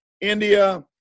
India